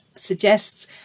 suggests